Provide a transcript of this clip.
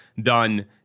done